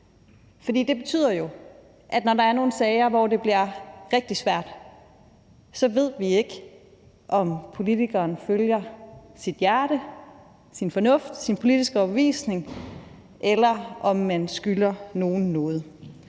for det betyder jo, at når der er nogle sager, hvor det bliver rigtig svært, så ved vi ikke, om politikeren følger sit hjerte, sin fornuft, sin politiske overbevisning, eller om man skylder nogen noget.